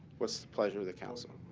what's the pleasure of the council?